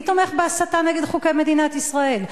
מי תומך בהסתה נגד חוקי מדינת ישראל?